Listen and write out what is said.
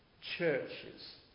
churches